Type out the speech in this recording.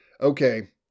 okay